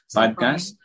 podcast